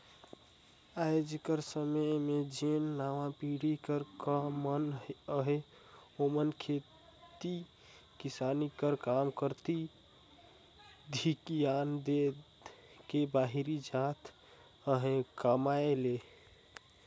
आएज कर समे में जेन नावा पीढ़ी कर मन अहें ओमन खेती किसानी कर काम कती धियान नी दे के बाहिरे जात अहें कमाए ले